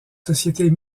sociétés